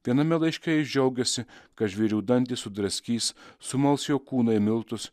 viename laiške jis džiaugiasi kad žvėrių dantys sudraskys sumals jo kūną į miltus